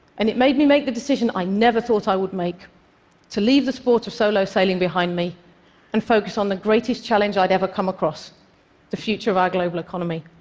and it made me make a decision i never thought i would make to leave the sport of solo sailing behind me and focus on the greatest challenge i'd ever come across the future of our global economy.